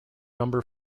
number